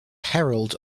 herald